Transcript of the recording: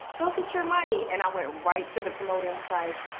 go get your money. and i went right to the promoter and was like,